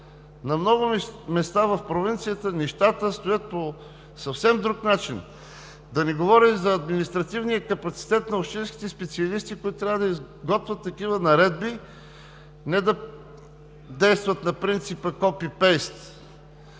На много места в провинцията нещата стоят по съвсем друг начин, да не говорим за административния капацитет на общинските специалисти, които трябва да изготвят такива наредби – не да действат на принципа copy-paste